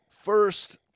First